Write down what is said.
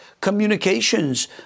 communications